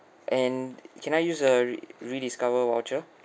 and can I use uh re~ rediscover voucher